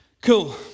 Cool